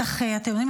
אתם יודעים,